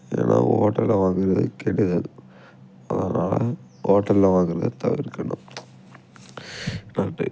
ஏனால் ஹோட்டலில் வாங்குவது கெடுதல் அதனாலே ஹோட்டலில் வாங்குறதை தவிர்க்கணும் நன்றி